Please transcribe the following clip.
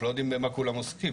ואנחנו לא יודעים במה כולם עוסקים,